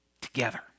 together